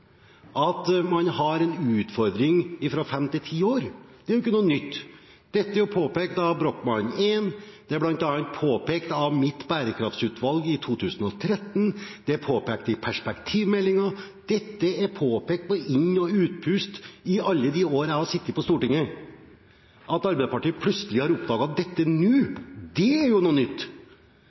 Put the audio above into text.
At man har en utfordring etter fem–ti år, er ikke noe nytt. Dette er jo påpekt av Brochman I, det er påpekt av mitt bærekraftutvalg i 2013, og det er påpekt i perspektivmeldingen. Dette er blitt påpekt på inn- og utpust i alle de år jeg har sittet på Stortinget. At Arbeiderpartiet plutselig har oppdaget dette nå, det er nytt. Dette er ikke noe nytt.